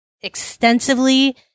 extensively